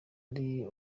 ari